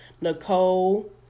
Nicole